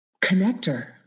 connector